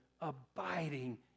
abiding